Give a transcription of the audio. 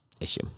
issue